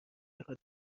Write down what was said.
میخواد